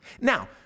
Now